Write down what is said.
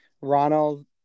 Ronald